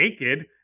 naked